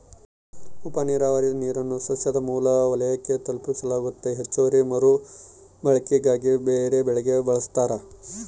ಉಪನೀರಾವರಿ ನೀರನ್ನು ಸಸ್ಯದ ಮೂಲ ವಲಯಕ್ಕೆ ತಲುಪಿಸಲಾಗ್ತತೆ ಹೆಚ್ಚುವರಿ ಮರುಬಳಕೆಗಾಗಿ ಬೇರೆಬೆಳೆಗೆ ಬಳಸ್ತಾರ